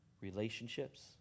relationships